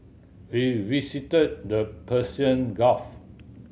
we visited the Persian Gulf